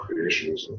creationism